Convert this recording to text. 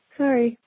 sorry